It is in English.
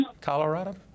Colorado